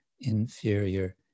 inferior